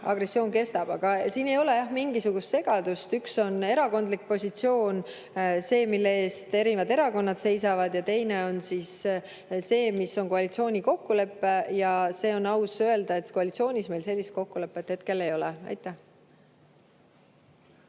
valimisõigus peatatud. Aga siin ei ole jah mingisugust segadust. Üks on erakondlik positsioon, see, mille eest erinevad erakonnad seisavad, ja teine on see, mis on koalitsiooni kokkulepe. Ja on aus öelda, et koalitsioonis meil sellist kokkulepet hetkel ei ole. Aitäh!